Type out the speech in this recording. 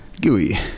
Gooey